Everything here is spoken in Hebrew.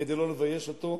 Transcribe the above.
כדי לא לבייש אותו.